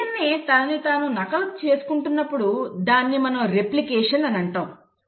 DNA తనను తాను తిరిగి నకలు చేసుకుంటున్నప్పుడు దాన్ని మనం రెప్లికేషన్ అని అంటాము